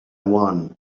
one